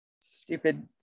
Stupid